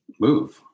move